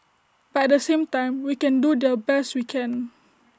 but at the same time we can do the best we can